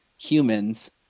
humans